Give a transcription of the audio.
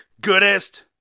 Goodest